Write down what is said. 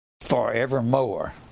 forevermore